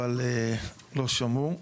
אבל לא שמעו,